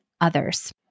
others